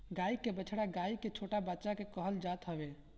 गाई के बछड़ा गाई के छोट बच्चा के कहल जात हवे